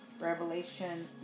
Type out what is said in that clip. Revelation